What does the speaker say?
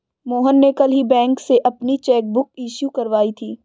मोहन ने कल ही बैंक से अपनी चैक बुक इश्यू करवाई थी